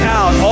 out